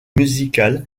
musicale